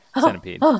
Centipede